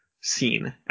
scene